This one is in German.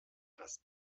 dass